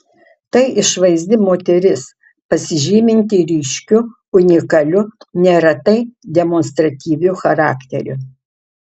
tai išvaizdi moteris pasižyminti ryškiu unikaliu neretai demonstratyviu charakteriu